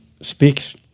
speaks